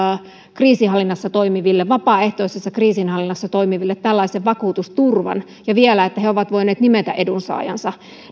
kriisinhallinnassa toimiville vapaaehtoisessa kriisinhallinnassa toimiville tällaisen vakuutusturvan ja vielä niin että he ovat voineet nimetä edunsaajansa